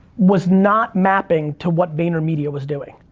was not mapping to what vayner media was doing.